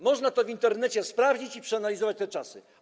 Można to w Internecie sprawdzić i przeanalizować te czasy.